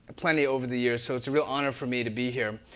plenty over the years, so it's a real honor for me to be here.